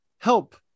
help